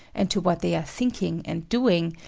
and to what they are thinking and doing,